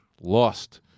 lost